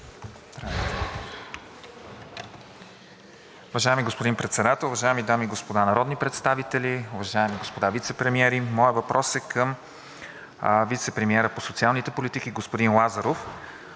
Уважаеми господин Председател, уважаеми дами и господа народни представители, уважаеми господа вицепремиери! Моят въпрос е към вицепремиера по социалните политики, господин Лазаров.